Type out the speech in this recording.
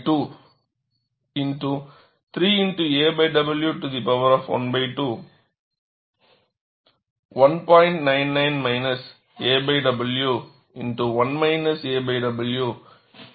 99 aw1 aw2